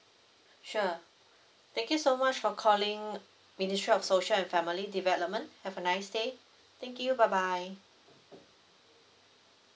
sure thank you so much for calling ministry of social and family development have a nice day thank you bye bye